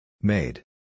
Made